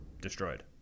destroyed